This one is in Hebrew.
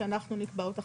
שאנחנו נקבע אותה,